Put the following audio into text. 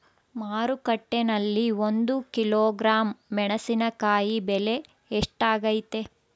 ಮಾರುಕಟ್ಟೆನಲ್ಲಿ ಒಂದು ಕಿಲೋಗ್ರಾಂ ಮೆಣಸಿನಕಾಯಿ ಬೆಲೆ ಎಷ್ಟಾಗೈತೆ?